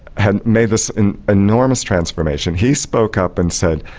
and made this and enormous transformation. he spoke up and said,